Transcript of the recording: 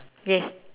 yes